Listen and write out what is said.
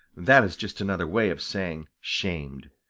that is just another way of saying shamed.